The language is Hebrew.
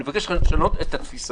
אני מבקש מכם לשנות את התפיסה.